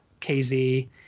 KZ